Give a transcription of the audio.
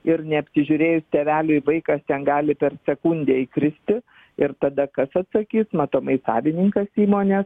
ir neapsižiūrėjus tėveliui vaikas ten gali per sekundę įkristi ir tada kas atsakys matomai savininkas įmonės